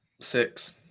six